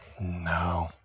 No